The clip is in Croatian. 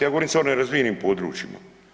Ja govorim sada o nerazvijenim područjima.